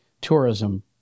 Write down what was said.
tourism